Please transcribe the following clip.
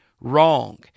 wrong